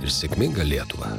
ir sėkminga lietuva